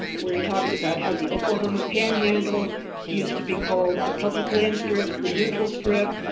where he talks about how the oklahoma panhandle used to be called the public land strip, the neutral strip,